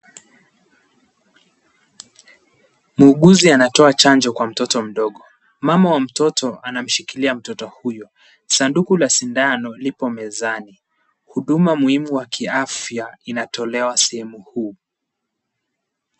Muuguzi anatoa chanjo kwa mtoto mdogo. Mama wa mtoto anamshikilia mtoto huyo. Sanduku la sindano lipo mezani. Huduma muhimu wa kiafya inatolewa sehemu huu.